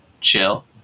chill